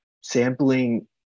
sampling